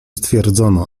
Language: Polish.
stwierdzono